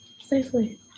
Safely